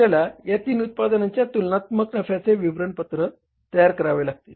आपल्याला या तीन उत्पादनांचे तुलनात्मक नफ्याचे विवरणपत्र तयार करावे लागेल